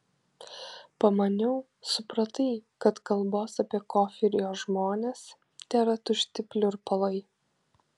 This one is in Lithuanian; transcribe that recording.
pamaniau supratai kad kalbos apie kofį ir jo žmones tėra tušti pliurpalai